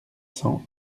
cents